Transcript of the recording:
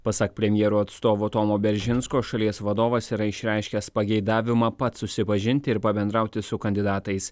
pasak premjero atstovo tomo beržinsko šalies vadovas yra išreiškęs pageidavimą pats susipažinti ir pabendrauti su kandidatais